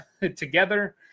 together